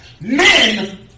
Men